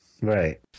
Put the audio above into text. right